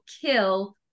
kill